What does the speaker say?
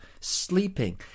sleeping